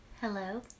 Hello